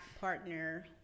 partner